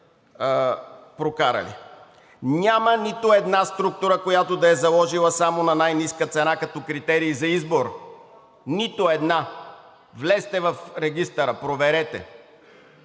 Няма нито една структура, която да е заложила само на най-ниска цена като критерий за избор. Нито една! Влезте в регистъра, проверете.